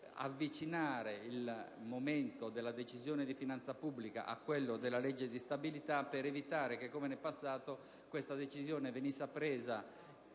di avvicinare il momento della Decisione di finanza pubblica a quello della legge di stabilità, per evitare che - come accadeva in passato - tale Decisione venisse assunta